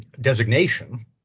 designation